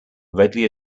readily